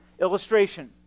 Illustration